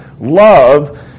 Love